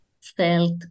felt